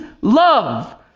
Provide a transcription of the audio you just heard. love